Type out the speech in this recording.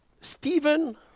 Stephen